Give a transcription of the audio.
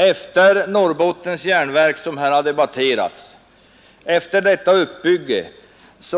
Efter uppbyggandet av Norrbottens Järnverk — som här har debatterats —